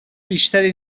بیشتری